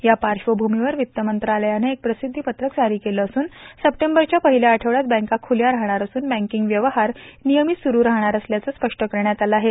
या पार्श्वभूमीवर वित्त मंत्रालयानं एक प्रसिद्धी पत्रक जारी केलं असून सप्टेंबरच्या पहिल्या आठवड्यात बँका खुल्या राहणार असून बँकिंग व्यवहार नियमित स्रुरु राहणार असल्याचं स्पष्ट केलं आहे